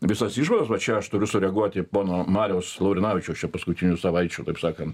visas išvadas va čia aš turiu sureaguoti į pono mariaus laurinavičiaus čia paskutinių savaičių taip sakant